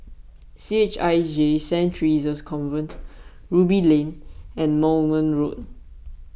C H I J Saint theresa's Convent Ruby Lane and Moulmein Road